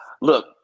Look